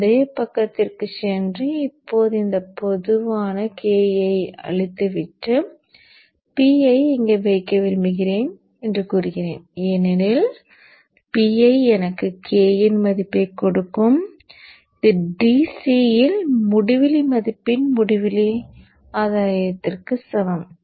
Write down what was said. முந்தைய பக்கத்திற்குச் சென்று இப்போது இந்த பொதுவான k ஐ அழித்துவிட்டு PI ஐ இங்கு வைக்க விரும்புகிறேன் என்று கூறுகிறேன் ஏனெனில் PI எனக்கு k இன் மதிப்பைக் கொடுக்கும் இது DC இல் முடிவிலி மதிப்பின் முடிவிலி ஆதாயத்திற்கு சமம்